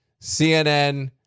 CNN